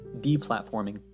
Deplatforming